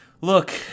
look